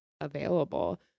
available